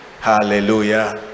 hallelujah